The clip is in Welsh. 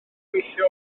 gweithio